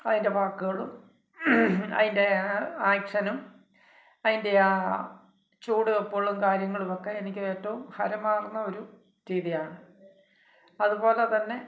അതിൻ്റെ വാക്കുകളും അതിൻ്റെ ആക്ഷനും അതിൻ്റെ ആ ചുവടുവെപ്പുകളും കാര്യങ്ങളും ഒക്കെ എനിക്ക് ഏറ്റവും ഹരമാർന്ന ഒരു രീതിയാണ് അതുപോലെത്തന്നെ